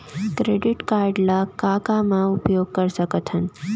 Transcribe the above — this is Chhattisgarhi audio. क्रेडिट कारड ला का का मा उपयोग कर सकथन?